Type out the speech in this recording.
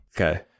Okay